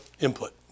input